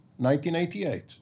1988